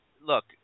Look